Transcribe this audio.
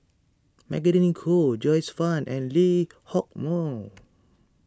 Magdalene Khoo Joyce Fan and Lee Hock Moh